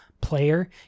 player